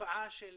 התופעה של